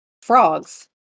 frogs